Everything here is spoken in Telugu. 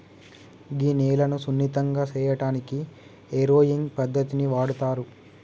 గీ నేలను సున్నితంగా సేయటానికి ఏరోయింగ్ పద్దతిని వాడుతారు